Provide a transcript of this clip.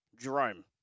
Jerome